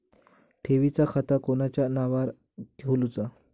ठेवीचा खाता कोणाच्या नावार खोलूचा?